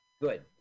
good